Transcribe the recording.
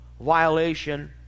violation